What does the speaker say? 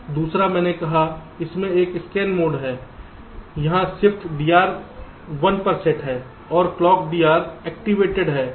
दूसरा मैंने कहा इसमें एक स्कैन मोड है यहां ShiftDR 1 पर सेट है और ClockDR एक्टिवेटेड है